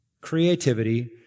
creativity